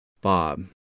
Bob